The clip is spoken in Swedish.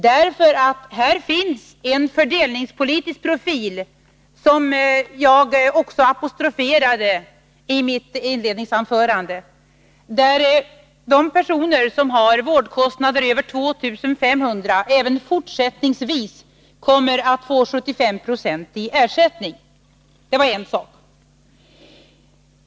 Här finns nämligen en fördelningspolitisk profil, som jag också apostroferade i mitt inledningsanförande. De personer som har vårdkostnader över 2 500 kr. kommer även fortsättningsvis att få 75 Fo i ersättning. Det var en sak.